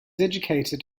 educated